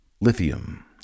Lithium